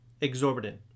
Exorbitant